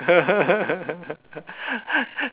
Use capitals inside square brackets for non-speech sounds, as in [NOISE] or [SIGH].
[LAUGHS]